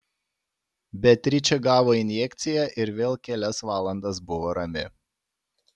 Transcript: beatričė gavo injekciją ir vėl kelias valandas buvo rami